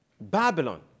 Babylon